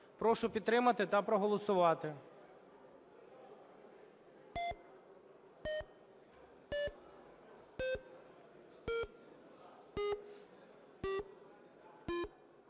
Прошу підтримати та проголосувати.